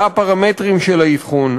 מה הפרמטרים של האבחון,